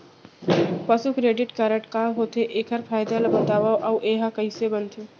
पसु किसान credit card का होथे, एखर फायदा ला बतावव अऊ एहा कइसे बनथे?